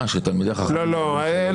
מה, שתלמידי חכמים --- לא.